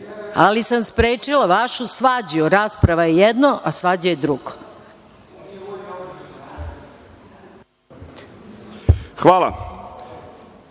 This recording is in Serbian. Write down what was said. ali sam sprečila vašu svađu. Rasprava je jedno, a svađa je drugo.